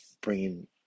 bringing